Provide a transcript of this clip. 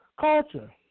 culture